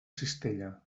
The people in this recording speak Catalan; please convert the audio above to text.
cistella